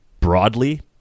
broadly